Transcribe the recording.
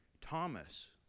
Thomas